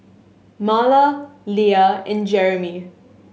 Marla Lea and Jeremie